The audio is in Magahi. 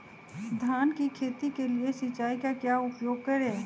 धान की खेती के लिए सिंचाई का क्या उपयोग करें?